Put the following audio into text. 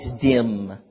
dim